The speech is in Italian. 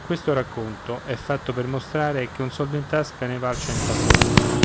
questo racconto è fatto per mostrare che un soldo in tasca ne val cento al vento